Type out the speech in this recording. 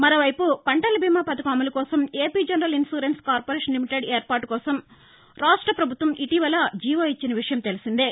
మరోవైపు పంటల బీమా పథకం అమలు కోసం AP general insurance corporation limited ఏర్పాటుకోసం రాష్ట ప్రభుత్వం ఇటీవల జీవో ఇచ్చిన విషయం తెలిసిందే